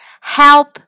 help